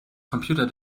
computer